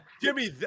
Jimmy –